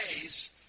days